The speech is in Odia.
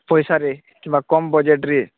ପଇସାରେ କିମ୍ୱା କମ୍ ବଜେଟ୍ରେ